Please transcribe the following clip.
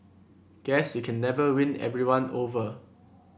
guess you can never win everyone over